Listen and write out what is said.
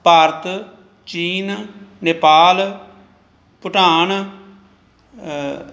ਭਾਰਤ ਚੀਨ ਨੇਪਾਲ ਭੂਟਾਨ